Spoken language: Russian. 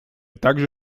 также